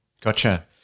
gotcha